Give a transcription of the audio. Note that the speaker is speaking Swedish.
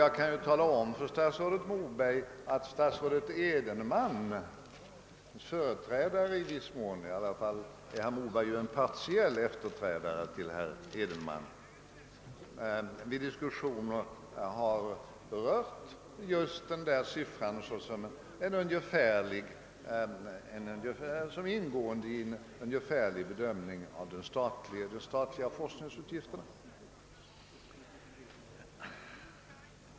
Jag kan tala om att statsrådet Edenman, som i varje fall var partiell föregångare till statsrådet Moberg, vid diskussioner har nämnt just en sådan uppskattning vid en bedömning av de statliga forskningsutgifterna.